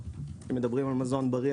כשמדברים על מזון בריא,